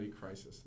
crisis